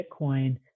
Bitcoin